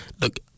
Look